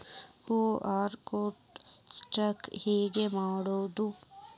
QR code scan ಹೆಂಗ್ ಮಾಡೋದು?